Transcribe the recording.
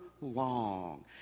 long